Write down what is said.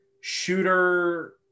shooter